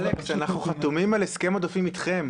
אלכס, אנחנו חתומים על הסכם עודפים איתכם.